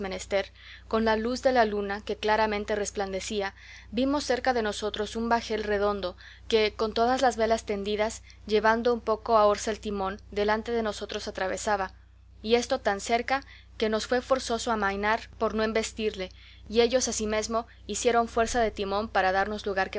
con la luz de la luna que claramente resplandecía vimos cerca de nosotros un bajel redondo que con todas las velas tendidas llevando un poco a orza el timón delante de nosotros atravesaba y esto tan cerca que nos fue forzoso amainar por no embestirle y ellos asimesmo hicieron fuerza de timón para darnos lugar